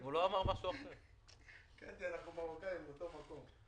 אנחנו מרוקאים מאותו מקום.